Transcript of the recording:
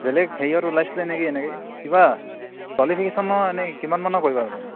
বেলেগ হেৰিয়ত ওলাইছিলে নেকি এনেকৈ কিবা কোৱালিফিকেশ্যনৰ এনেই কিমান মানৰ কৰিবা তুমি